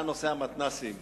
נושא המתנ"סים.